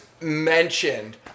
mentioned